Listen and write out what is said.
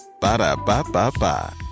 Ba-da-ba-ba-ba